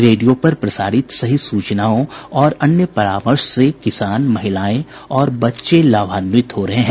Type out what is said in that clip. radio पर प्रसारित सही सूचनाओं और अन्य परामर्श से किसान महिलाएं और बच्चे लाभान्वित हो रहे हैं